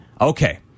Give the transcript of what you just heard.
Okay